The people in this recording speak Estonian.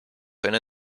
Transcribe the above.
sain